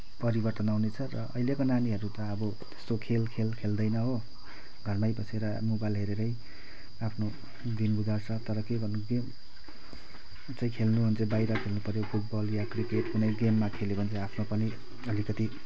परिवर्तन आउनेछ र अहिलेको नानीहरू त अब त्यस्तो खेल खेल खेल्दैन हो घरमै बसेर मोबाइल हेरेरै आफ्नो दिन गुजार्छ तर के गर्नु गेम चाहिँ खेल्नहुन्छ बाहिर खेल्नुपऱ्यो फुटबल या क्रिकेट कुनै गेममा खेल्यो भने आफ्नो पनि अलिकति